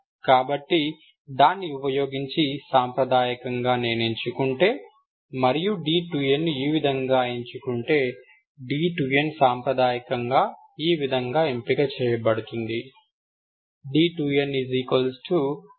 కాబట్టి దాన్ని ఉపయోగించి సాంప్రదాయకంగా నేను ఎంచుకుంటే మరియు d2nను ఈ విధంగా ఎంచుకుంటే d2n సాంప్రదాయకంగా ఈ విధంగా ఎంపిక చేయబడుతుంది